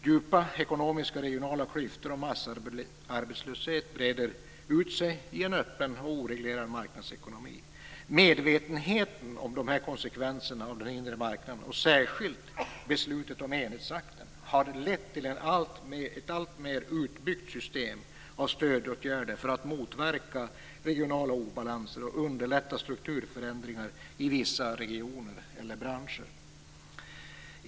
Djupa ekonomiska regionala klyftor och massarbetslöshet breder ut sig i en öppen och oreglerad marknadsekonomi. Medvetenheten om dessa konsekvenser av den inre marknaden och särskilt av beslutet om enhetsakten har lett till ett alltmer utbyggt system av stödåtgärder för att motverka regionala obalanser och underlätta strukturförändringar i vissa regioner eller branscher.